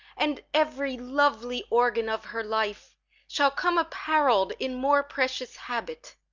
and every lovely organ of her life shall come apparell'd in more precious habit,